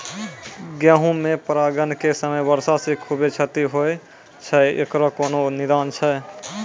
गेहूँ मे परागण के समय वर्षा से खुबे क्षति होय छैय इकरो कोनो निदान छै?